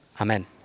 Amen